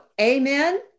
amen